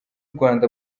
rwanda